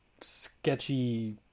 sketchy